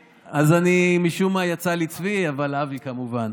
אז משום מה יצא לי צבי, אבל אבי, כמובן.